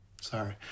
sorry